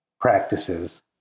practices